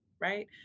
Right